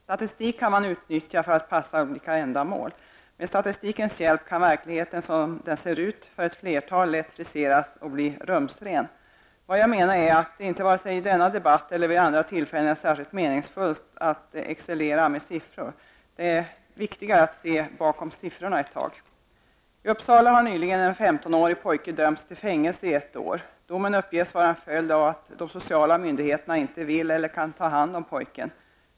Statistik kan utnyttjas för att passa olika ändamål. Med statistikens hjälp kan verkligheten så som den ser ut för ett flertal lätt friseras och bli rumsren. Vad jag menar är att det inte vare sig i denna debatt eller vid andra tillfällen är särskilt meningsfullt att excellera med siffror. Det är viktigare att se bakom siffrorna ett tag. I Uppsala har nyligen en 15-årig pojke dömts till fängelse i ett år. Domen uppges vara en följd av att de sociala myndigheterna inte vill eller kan ta hand om pojken.